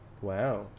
Wow